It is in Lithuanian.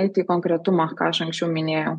eiti į konkretumą ką aš anksčiau minėjau